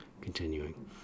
Continuing